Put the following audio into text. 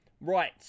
Right